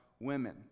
women